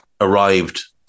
arrived